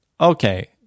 okay